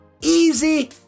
Easy